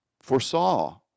foresaw